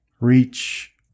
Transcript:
reach